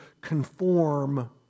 conform